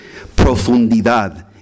Profundidad